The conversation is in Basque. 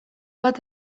bat